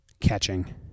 catching